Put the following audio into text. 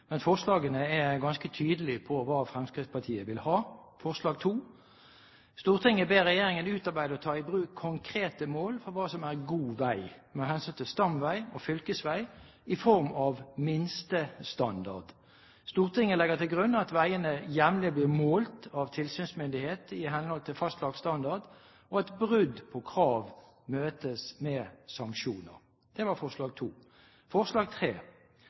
Men forslagene er ganske tydelige på hva Fremskrittspartiet vil ha. Forslag 2: «Stortinget ber regjeringen utarbeide og ta i bruk konkrete mål for hva som er god vei for hhv. stamvei og fylkesvei i form av minstestandard. Stortinget legger til grunn at veiene jevnlig blir målt av tilsynsmyndighet ihht. fastlagt standard, og at brudd på krav møtes med sanksjoner.» Forslag